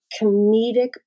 comedic